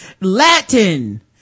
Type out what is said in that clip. Latin